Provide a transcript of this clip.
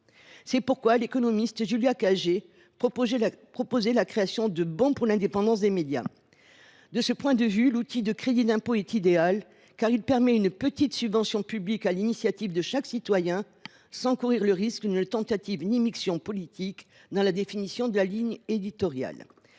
C’est pourquoi l’économiste Julia Cagé proposait la création de bons pour l’indépendance des médias. De ce point de vue, le crédit d’impôt est idéal, car il permet une petite subvention publique sur l’initiative de chaque citoyen sans courir le risque d’immixtions politiques dans la définition de la ligne éditoriale.